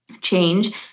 change